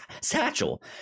satchel